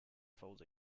falls